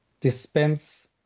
dispense